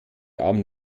abend